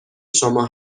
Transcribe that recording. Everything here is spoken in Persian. شما